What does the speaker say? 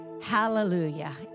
Hallelujah